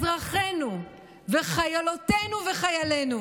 אזרחינו וחיילותינו וחיילינו.